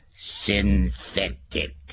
Synthetic